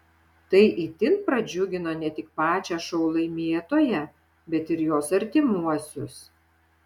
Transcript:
tai itin pradžiugino ne tik pačią šou laimėtoją bet ir jos artimuosius